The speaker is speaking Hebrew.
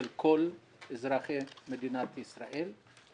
של כל אזרחי מדינת ישראל.